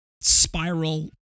spiral